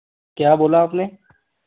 क्या बोला आपने